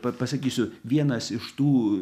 pa pasakysiu vienas iš tų